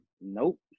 Nope